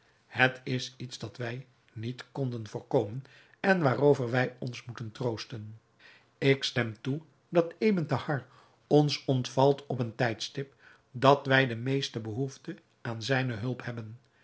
het is iets dat wij niet konden voorkomen en waarover wij ons moeten troosten ik stem toe dat ebn thahar ons ontvalt op een tijdstip dat wij de meeste behoefte aan zijne hulp hebben